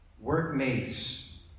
workmates